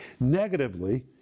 Negatively